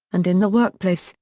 and in the workplace,